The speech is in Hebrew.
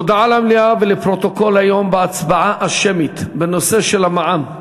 הודעה למליאה ולפרוטוקול: היום בהצבעה השמית בנושא של המע"מ,